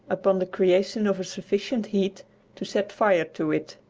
upon the creation of a sufficient heat to set fire to it.